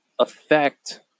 Affect